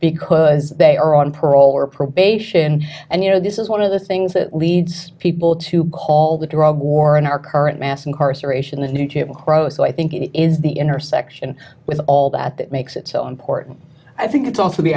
because they are on parole or probation and you know this is one of the things that leads people to call the drug war in our current mass incarceration the new jim crow so i think it is the intersection with all that that makes it so important i think it's also the